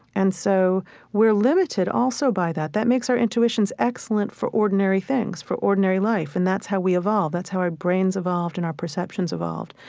and so we're limited, also, by that that makes our intuitions excellent for ordinary things, for ordinary life. and that's how we evolve. that's how our brains evolved and our perceptions evolved,